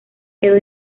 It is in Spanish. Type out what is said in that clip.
quedó